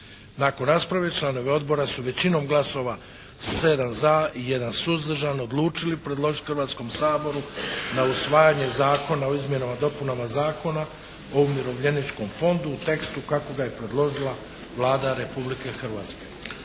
Nakon rasprave članovi Odbora su većinom glasova, 7 za i 1 suzdržan odlučili predložiti Hrvatskom saboru na usvajanje Zakon o izmjenama i dopunama Zakona o umirovljeničkom fondu u tekstu kako ga je predložila Vlada Republike Hrvatske.